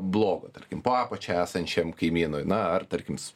blogo tarkim po apačia esančiam kaimynui na ar tarkim